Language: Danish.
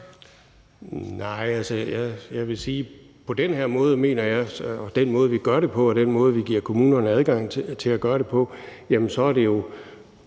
Nej, jeg vil sige, at på den her måde, vi gør det på, og den måde, vi giver kommunerne adgang til at gøre det på, er det jo